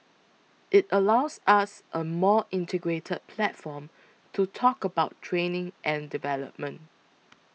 it allows us a more integrated platform to talk about training and development